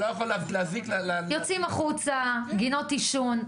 יוצאים החוצה לגינות עישון.